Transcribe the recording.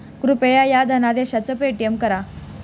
कृपया ह्या धनादेशच पेमेंट करा